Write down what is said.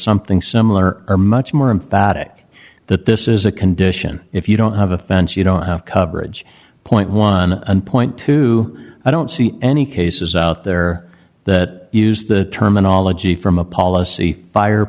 something similar or much more emphatic that this is a condition if you don't have a fence you don't have coverage point one and point two i don't see any cases out there that used the terminology from a policy fire